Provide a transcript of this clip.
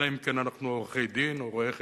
אלא אם כן אנחנו עורכי-דין או רואי-חשבון,